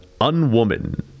Unwoman